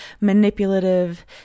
manipulative